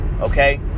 Okay